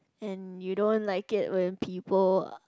and you don't like it when people